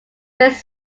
best